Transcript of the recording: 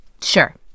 Sure